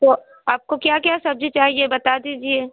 तो आपको क्या क्या सब्जी चाहिए बता दीजिए